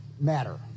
matter